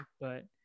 but-